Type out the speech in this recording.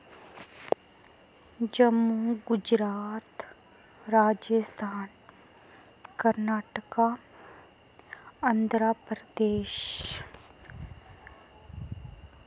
Jammu Gujarat Rajasthan Karnataka Andhra Pradesh